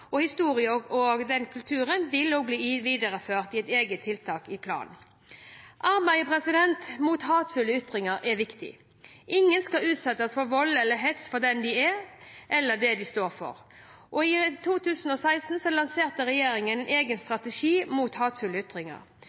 historie og kultur og vil bli videreført som et eget tiltak i planen. Arbeidet mot hatefulle ytringer er viktig. Ingen skal utsettes for vold eller hets for den de er, eller for det de står for. I 2016 lanserte regjeringen en egen strategi mot hatefulle ytringer. Det er første gang en norsk regjering samler innsatsen mot hatefulle ytringer